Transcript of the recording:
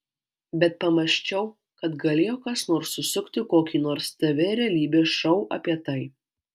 bet pamąsčiau kad galėjo kas nors susukti kokį nors tv realybės šou apie tai